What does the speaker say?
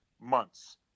months